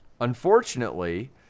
unfortunately